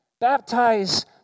baptize